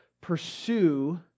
pursue